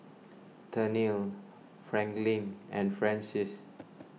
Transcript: Tennille Franklyn and Frances